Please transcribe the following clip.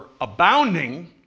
abounding